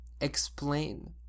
explain